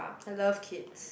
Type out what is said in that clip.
I love kids